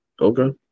Okay